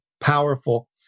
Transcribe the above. Powerful